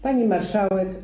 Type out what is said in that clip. Pani Marszałek!